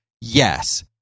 yes